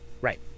Right